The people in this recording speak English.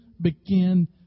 begin